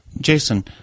Jason